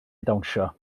dawnsio